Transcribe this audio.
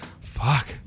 fuck